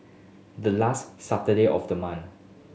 the last Saturday of the month